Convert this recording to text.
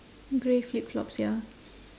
grey flip-flops ya